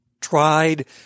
tried